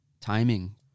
timing